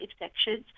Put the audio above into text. infections